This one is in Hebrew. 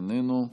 איננו,